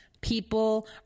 People